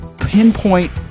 Pinpoint